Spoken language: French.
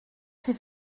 c’est